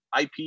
IP